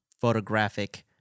photographic